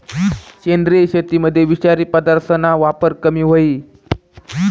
सेंद्रिय शेतीमुये विषारी पदार्थसना वापर कमी व्हयी